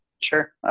sure